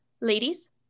ladies